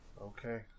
Okay